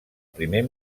primer